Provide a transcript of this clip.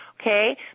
okay